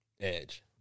edge